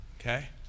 okay